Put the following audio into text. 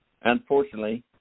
Unfortunately